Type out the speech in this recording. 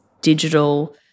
digital